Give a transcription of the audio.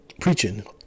preaching